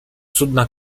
cudna